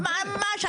את צודקת.